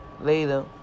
Later